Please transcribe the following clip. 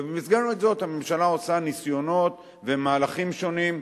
ובמסגרת זו הממשלה עושה ניסיונות ומהלכים שונים,